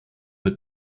mit